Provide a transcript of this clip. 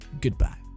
Goodbye